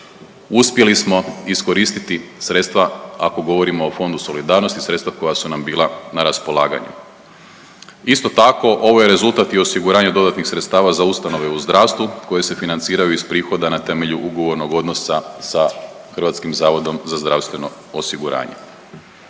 uspjeli smo iskoristiti sredstva ako govorimo o Fondu solidarnosti sredstva koja su nam bila na raspolaganju. Isto tako ovo je rezultat i osiguranje dodanih sredstava za ustanove u zdravstvu koje se financiraju iz prihoda na temelju ugovornog odnosa sa HZZO-om. Sve u svemu dakle